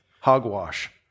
Hogwash